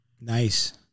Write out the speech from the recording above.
Nice